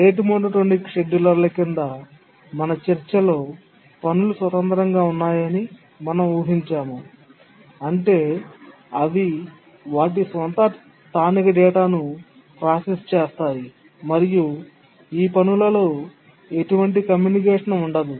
rate monotonic షెడ్యూలర్ల క్రింద మన చర్చలో పనులు స్వతంత్రంగా ఉన్నాయని మనం ఊహించాము అంటే అవి వాటి స్వంత స్థానిక డేటాను ప్రాసెస్ చేస్తాయి మరియు ఈ పనులలో ఎటువంటి కమ్యూనికేషన్ ఉండదు